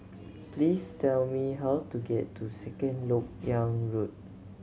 please tell me how to get to Second Lok Yang Road